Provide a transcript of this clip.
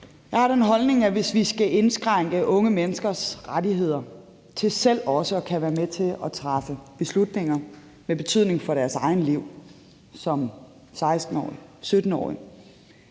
Jeg har den holdning, at hvis vi skal indskrænke unge menneskers rettigheder til selv også at kunne være med til at træffe beslutninger med betydning for deres eget liv som 16-årige og 17-årige,